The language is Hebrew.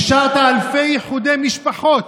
אישרת אלפי איחודי משפחות,